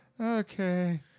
Okay